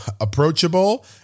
Approachable